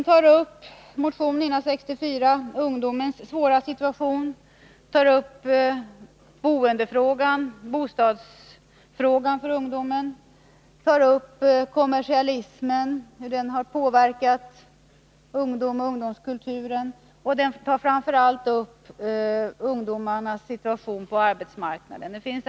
I motionen tar vi upp ungdomens svåra situation, boendefrågan för ungdomen, kommersialismen och hur den har påverkat ungdomen och ungdomskulturen, och vi tar framför allt upp ungdomarnas situation på arbetsmarknaden.